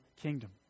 kingdom